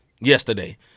yesterday